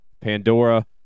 Pandora